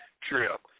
trip